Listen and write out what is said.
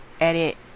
edit